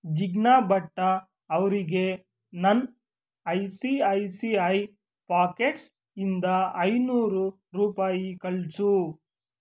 ಜಿಗ್ನಾ ಭಟ್ಟ ಅವರಿಗೆ ನನ್ನ I C I C I ಪಾಕೆಟ್ಸಿಂದ ಐನೂರು ರೂಪಾಯಿ ಕಳಿಸು